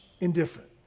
indifferent